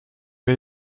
wir